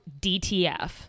DTF